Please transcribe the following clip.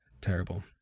terrible